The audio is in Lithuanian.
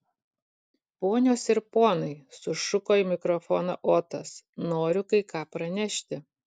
ponios ir ponai sušuko į mikrofoną otas noriu kai ką pranešti